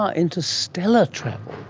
ah interstellar travel,